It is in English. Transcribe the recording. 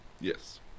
Yes